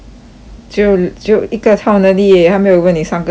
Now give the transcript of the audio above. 只有只有一个超能力而已他没有给你三个超能力